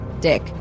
dick